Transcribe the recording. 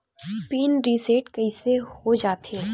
Pin reset कइसे हो जाथे?